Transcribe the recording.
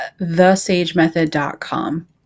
thesagemethod.com